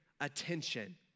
attention